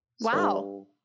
Wow